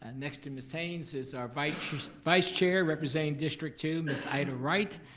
and next to miss haynes is our vice vice chair representing district two miss ida wright.